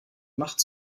macht